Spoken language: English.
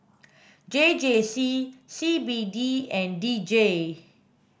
J J C C B D and D J